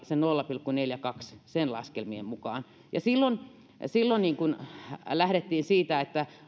se nolla pilkku neljäkymmentäkaksi olisi ollut neutraali niiden laskelmien mukaan ja silloin silloin lähdettiin siitä että